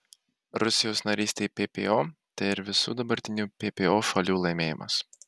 rusijos narystė ppo tai ir visų dabartinių ppo šalių laimėjimas